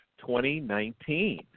2019